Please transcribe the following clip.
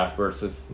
versus